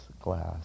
glass